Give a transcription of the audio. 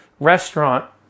Restaurant